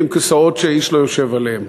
ועם כיסאות שאיש לא יושב עליהם.